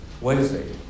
Wednesday